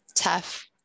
tough